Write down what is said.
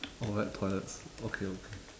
oh wet toilets okay okay